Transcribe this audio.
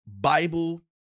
Bible